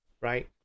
right